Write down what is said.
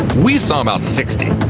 we saw about sixty.